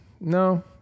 no